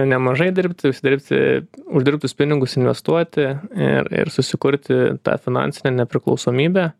nemažai dirbti užsidirbti uždirbtus pinigus investuoti ir ir susikurti tą finansinę nepriklausomybę